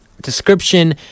description